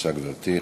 בבקשה, גברתי.